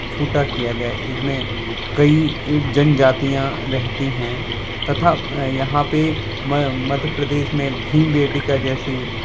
छोटा किया गया इसमें कई जनजातियाँ रहती हैं तथा यहाँ पे मध्य प्रदेश में भीम बेटिका जैसी